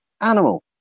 animal